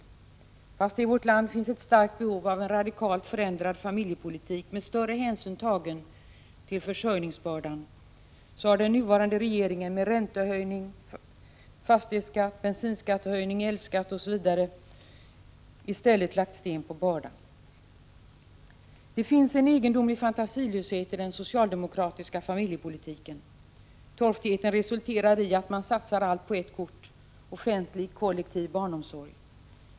Trots att det i vårt land finns ett starkt behov av en radikalt förändrad familjepolitik med större hänsyn tagen till försörjningsbördan har den nuvarande regeringen med räntehöjning, fastighetsskatt, bensinskattehöjning, elskatt, osv. i stället lagt sten på bördan. Det finns en egendomlig fantasilöshet i den socialdemokratiska familjepolitiken. Torftigheten resulterar i att man satsar allt på ett kort, offentlig kollektiv barnomsorg.